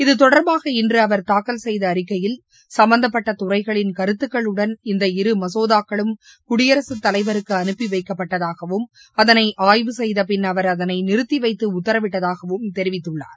இதுதொடர்பாக இன்று அவர் தாக்கல் செய்த அறிக்கையில் சம்பந்தப்பட்ட துறைகளின் கருத்துக்களுடன் இந்த இரு மகோதாக்களும் குடியரகத் தலைவருக்கு அனுப்பி வைக்கப்பட்டதாகவும் அதனை ஆய்வு செய்தபின் அவர் அதனை நிறுத்தி வைத்து உத்தரவிட்டதாகவும் தெரிவித்துள்ளார்